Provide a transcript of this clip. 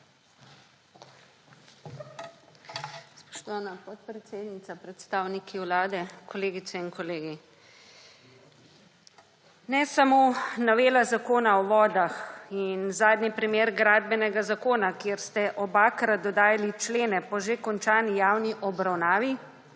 Spoštovana podpredsednica, predstavniki Vlade, kolegice in kolegi! Ne samo novela Zakona o vodah in zadnji primer Gradbenega zakona, kjer ste obakrat dodajali člene po že končani javni obravnavi,